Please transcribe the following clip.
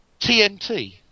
TNT